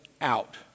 out